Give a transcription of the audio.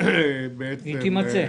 -- היא תימצא.